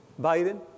Biden